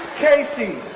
casey,